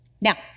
Now